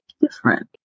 Different